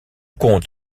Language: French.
compte